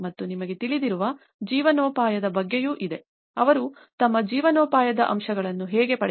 ಮತ್ತು ನಿಮಗೆ ತಿಳಿದಿರುವ ಜೀವನೋಪಾಯದ ಬಗ್ಗೆಯೂ ಇದೆ ಅವರು ತಮ್ಮ ಜೀವನೋಪಾಯದ ಅಂಶಗಳನ್ನು ಹೇಗೆ ಪಡೆಯಬಹುದು